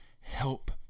help